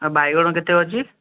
ଆଉ ବାଇଗଣ କେତେ ଅଛି